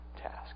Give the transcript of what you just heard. task